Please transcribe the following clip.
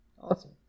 Awesome